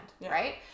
right